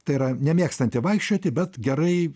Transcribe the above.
tai yra nemėgstanti vaikščioti bet gerai